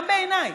גם בעיניי.